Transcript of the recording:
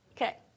okay